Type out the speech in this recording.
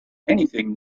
anything